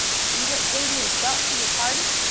see what sadie has brought for your party!